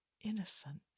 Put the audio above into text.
innocent